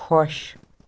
خۄش